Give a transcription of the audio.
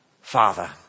Father